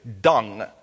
Dung